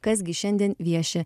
kas gi šiandien vieši